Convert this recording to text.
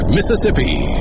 Mississippi